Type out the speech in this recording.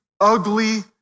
ugly